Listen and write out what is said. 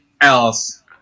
else